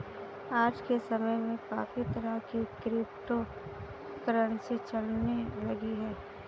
आज के समय में काफी तरह की क्रिप्टो करंसी चलने लगी है